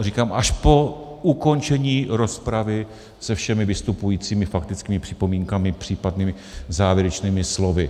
Říkám, až po ukončení rozpravy se všemi vystupujícími, faktickými připomínkami, případnými závěrečnými slovy.